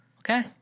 Okay